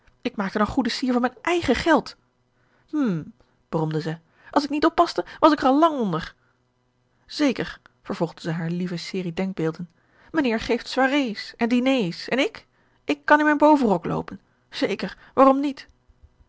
ik maakte dan goede sier van mijn eigen geld hm bromde zij als ik niet oppaste was ik er al lang onder zeker vervolgde zij hare lieve serie denkbeelden mijnheer geeft soirees en diners en ik ik kan in mijn bovenrok loopen zeker waarom niet